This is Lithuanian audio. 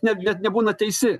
net nebūna teisi